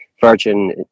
virgin